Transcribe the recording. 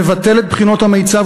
מבטל את בחינות המיצ"ב,